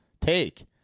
take